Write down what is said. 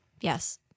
Yes